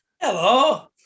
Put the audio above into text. Hello